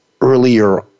earlier